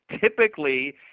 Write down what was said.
Typically